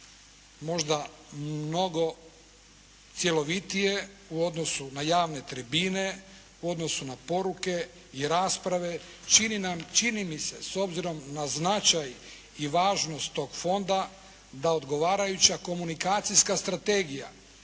Možda mnogo cjelovitije u odnosu na javne tribine, u odnosu na poruke i rasprave. Čini mi se s obzirom na značaj i važnost tog fonda da odgovarajuća komunikacijska strategija,